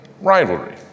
rivalry